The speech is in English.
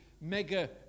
mega